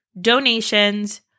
donations